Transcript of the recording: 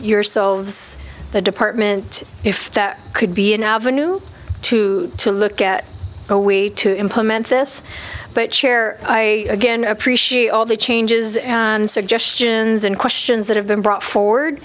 yourselves the department if that could be an avenue to to look at a way to implement this but share i again appreciate all the changes and suggestions and questions that have been brought for